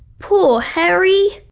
poor harry!